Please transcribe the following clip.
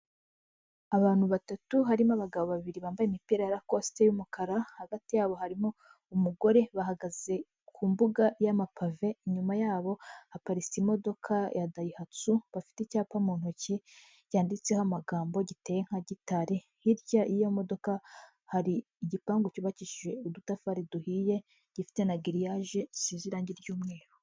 Abantu batatu, harimo abagabo babiri bambaye imipira ya rakosite y'umukara, hagati yabo harimo umugore, bahagaze ku mbuga y'amapave, inyuma yabo haparitse imodoka ya dayihatsu, bafite icyapa mu ntoki cyanditseho amagambo, giteye nka gitari, hirya y'iyo modoka hari igipangu cyubakishije udutafari duhiye, gifite na giriyaje zisize irange ry'umweru.